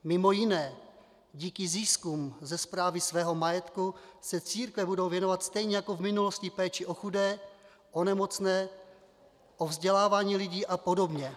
Mimo jiné díky ziskům ze správy svého majetku se církve budou věnovat stejně jako v minulosti péči o chudé, o nemocné, o vzdělávání lidí apod.